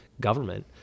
government